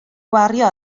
gwario